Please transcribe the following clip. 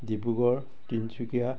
Dibrugarh Tinsukia